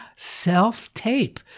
Self-tape